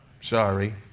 Sorry